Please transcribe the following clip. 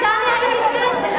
ושאני הייתי טרוריסטית.